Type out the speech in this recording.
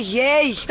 yay